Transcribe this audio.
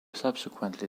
subsequently